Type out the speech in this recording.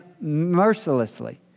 mercilessly